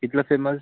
इथलं फेमस